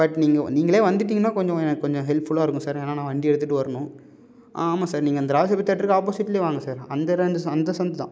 but நீங்கள் நீங்களே வந்துவிட்டிங்கனா கொஞ்சம் எனக்கு கொஞ்சம் ஹெல்ப்ஃபுல்லாக இருக்கும் சார் ஏன்னா நான் வண்டி எடுத்துகிட்டு வரணும் ஆ ஆமாம் சார் நீங்கள் அந்த ராஜசபாதி தியேட்ருக்கு ஆப்போசிட்ல வாங்க சார் அந்த ரெண்டு சந் அந்த சந்து தான்